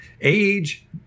age